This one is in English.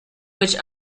which